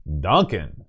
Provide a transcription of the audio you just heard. Duncan